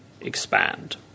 expand